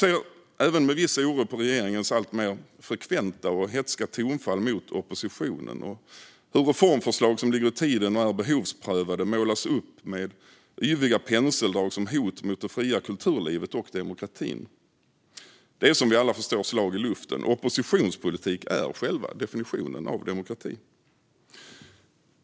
Jag ser med viss oro på regeringens alltmer frekventa och hätska tonfall mot oppositionen och hur reformförslag som ligger i tiden och är behovsprövade med yviga penseldrag målas upp som hot mot det fria kulturlivet och demokratin. Det är, som vi alla förstår, slag i luften. Oppositionspolitik är själva definitionen av demokrati.